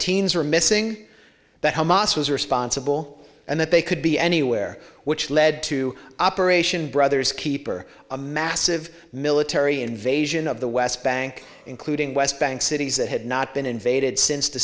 was responsible and that they could be anywhere which led to operation brothers keeper a massive military invasion of the west bank including west bank cities that had not been invaded since the